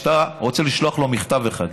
ואתה רוצה לשלוח לו מכתב אחד,